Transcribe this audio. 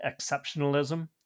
exceptionalism